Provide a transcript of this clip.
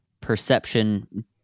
perception